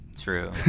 True